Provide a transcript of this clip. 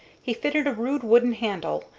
he fitted a rude wooden handle,